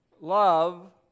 love